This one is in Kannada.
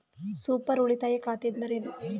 ಸೂಪರ್ ಉಳಿತಾಯ ಖಾತೆ ಎಂದರೇನು?